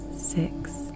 six